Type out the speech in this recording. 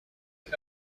این